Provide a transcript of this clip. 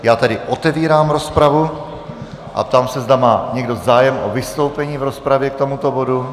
Já tedy otevírám rozpravu a ptám se, zda má někdo zájem o vystoupení v rozpravě k tomuto bodu.